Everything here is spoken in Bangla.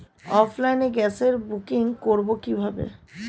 অফলাইনে গ্যাসের বুকিং করব কিভাবে?